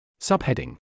Subheading